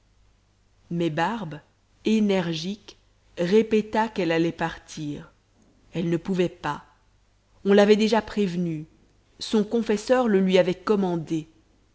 mais barbe énergique répéta qu'elle allait partir elle ne pouvait pas on l'avait déjà prévenue son confesseur le lui avait commandé